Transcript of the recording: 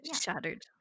Shattered